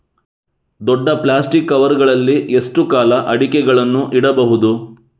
ದೊಡ್ಡ plastic cover ಗಳಲ್ಲಿ ಎಷ್ಟು ಕಾಲ ಅಡಿಕೆಗಳನ್ನು ಇಡಬಹುದು?